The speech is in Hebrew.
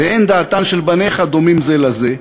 ואין דעתן של בניך דומים זה לזה.